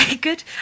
good